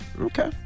Okay